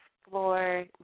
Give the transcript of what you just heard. explore